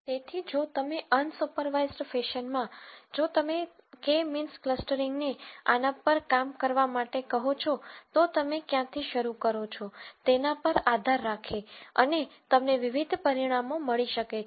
તેથી જો તમે અનસુપરવાઈઝડ ફેશનમાં જો તમે કે મીન્સ ક્લસ્ટરીંગને આના પર કામ કરવા માટે કહો છો તો તમે ક્યાંથી શરૂ કરો છો તેના પર આધાર રાખે અને તમને વિવિધ પરિણામો મળી શકે છે